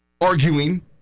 arguing